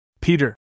Peter